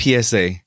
PSA